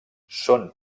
són